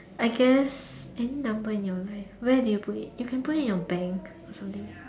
I guess any number in your life where do you put it you can put it in your bank or something